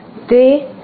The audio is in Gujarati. હવે તે 0